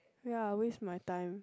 ya waste my time